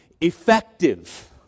effective